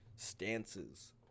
Stances